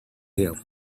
him